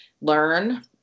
learn